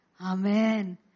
Amen